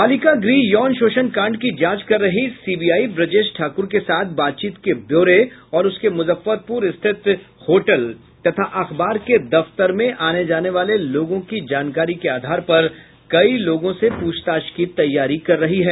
बालिका गृह यौन शोषण कांड की जांच कर रही सीबीआई ब्रजेश ठाकुर के साथ बातचीत के ब्यौरे और उसके मुजफ्फरपुर स्थित होटल तथा अखबार के दफ्तर में आने जाने वाले लोगों की जानकारी के आधार पर कई लोगों से पूछताछ की तैयारी कर रही है